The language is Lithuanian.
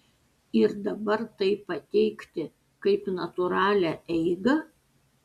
ir dabar tai pateikti kaip natūralią eigą